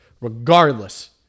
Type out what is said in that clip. Regardless